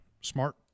smart